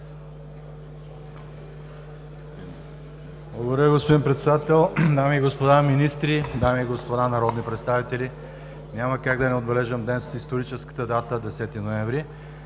Благодаря, господин Председател. Дами и господа министри, дами и господа народни представители, няма как да не отбележим днес историческата дата 10 ноември.